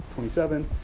27